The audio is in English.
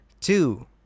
Two